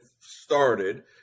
started